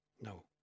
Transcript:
No